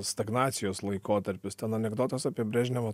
stagnacijos laikotarpis ten anekdotas apie brežnevą